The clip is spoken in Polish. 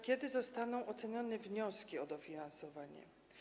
Kiedy zostaną ocenione wnioski o dofinansowanie?